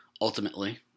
ultimately